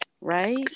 right